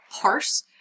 parse